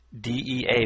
DEA